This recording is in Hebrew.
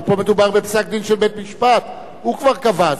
אבל פה מדובר בפסק-דין של בית-משפט, הוא כבר קבע.